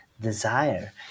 desire